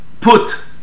put